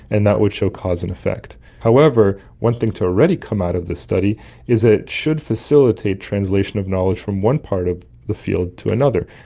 and that would show cause and effect. however, one thing to already come out of this study is that it should facilitate translation of knowledge from one part of the field to another.